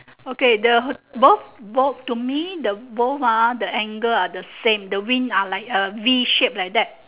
okay the both both to me the both ah the angle are the same the wing uh like the V shape like that